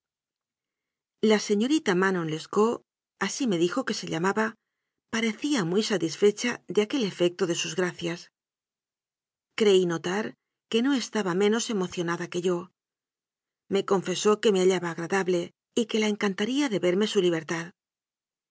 la señorita manon lescaut así me dijo que se llamaba parecía muy satisfecha de aquel efecto de sus gracias creí notar que no estaba menos emocionada que yo me confesó que me hallaba agradable y que la encantaría deberme su